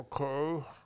Okay